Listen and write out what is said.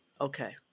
Okay